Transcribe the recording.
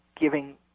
giving